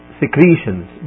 secretions